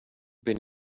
been